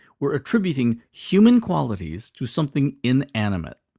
we're attributing human qualities to something inanimate.